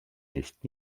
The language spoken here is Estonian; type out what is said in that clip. neist